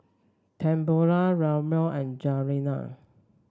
Tamala Lemuel and Juliana